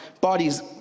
bodies